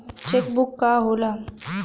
Check book का होला?